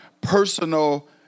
personal